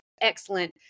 excellent